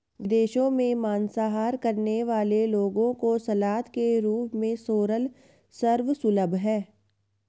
विदेशों में मांसाहार करने वाले लोगों को सलाद के रूप में सोरल सर्व सुलभ है